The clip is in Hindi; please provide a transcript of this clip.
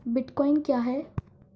बिटकॉइन क्या है?